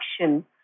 action